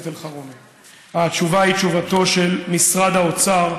התשובה היא תשובתו של משרד האוצר,